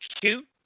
cute